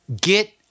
Get